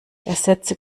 ersetze